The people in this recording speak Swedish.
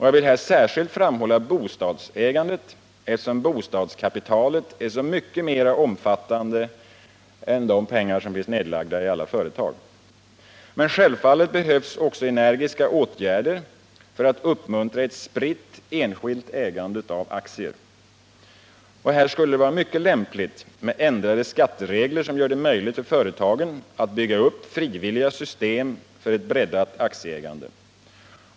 Jag vill här särskilt framhålla bostadsägandet, eftersom bostadskapitalet är så mycket mera omfattande än de pengar som finns nedlagda i alla företag. Men självfallet behövs också energiska åtgärder för att uppmuntra ett spritt enskilt ägande av aktier. Här skulle det vara mycket lämpligt med ändrade skatteregler, som gör det möjligt för företagen att bygga upp frivilliga system för ett breddat aktieägande.